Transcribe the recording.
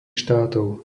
štátov